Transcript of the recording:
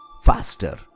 faster